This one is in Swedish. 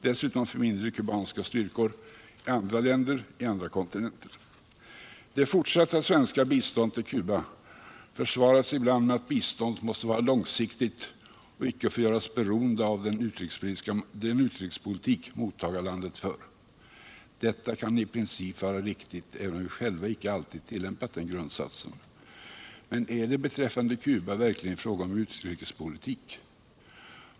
Dessutom finns mindre kubanska styrkor i länder på andra kontinenter. Det fortsatta svenska biståndet till Cuba försvaras ibland med att biståndet måste vara långsiktigt och icke får göras beroende av den utrikespolitik mottagarlandet för. Detta kan i princip vara riktigt, även om vi själva icke alltid tillämpat den grundsatsen. Men är det beträffande Cuba verkligen fråga om utrikespolitik?